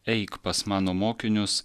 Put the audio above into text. eik pas mano mokinius